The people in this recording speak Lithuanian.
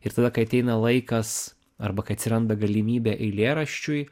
ir tada kai ateina laikas arba kai atsiranda galimybė eilėraščiui